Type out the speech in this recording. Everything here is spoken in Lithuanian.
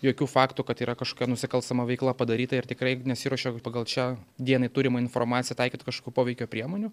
jokių faktų kad yra kažkokia nusikalstama veikla padaryta ir tikrai nesiruošia pagal čia dienai turimą informaciją taikyt kažkokių poveikio priemonių